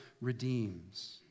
redeems